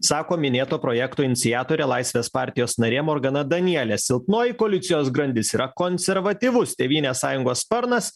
sako minėto projekto iniciatorė laisvės partijos narė morgana danielė silpnoji koalicijos grandis yra konservatyvus tėvynės sąjungos sparnas